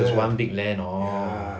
so one big land orh